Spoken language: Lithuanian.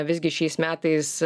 visgi šiais metais